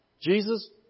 Jesus